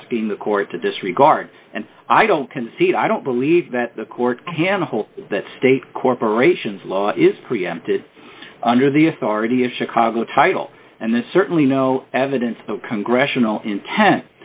asking the court to disregard and i don't concede i don't believe that the court can hold that state corporations law is preempted under the authority of chicago title and there's certainly no evidence that congressional intent